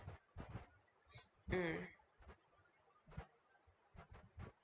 mm